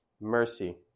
mercy